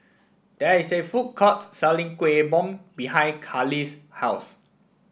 there is a food court selling Kuih Bom behind Kahlil's house